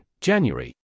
January